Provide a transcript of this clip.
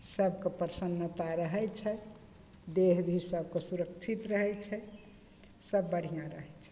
सबके प्रसन्नता रहय छै देह भी सबके सुरक्षित रहय छै सब बढ़िआँ रहय छै